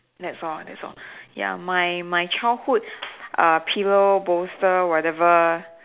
that's all that's all ya my my childhood ah pillow bolster whatever